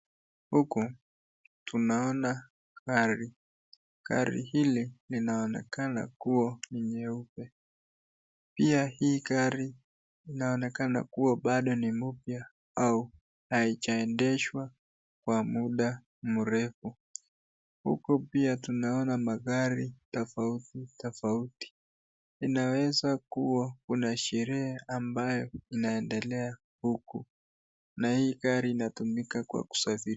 Huku tunaona gari. Gari hili linaonekana kuwa nyeupe. Pia hii gari inaonekana bado ni mupya au haijaendeshwa kwa muda mrefu. Huku pia tunaona magari tofauti tofauti. Unaweza kuwa kuna sherehe ambayo inaendelea huku. Na hii gari inatumika kwa kusafiri.